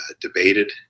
debated